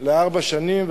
לארבע שנים.